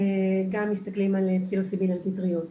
גם מסתכלים על פסילוציבין על פטריות.